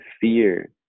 fear